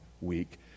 week